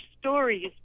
stories